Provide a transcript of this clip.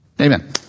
Amen